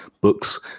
books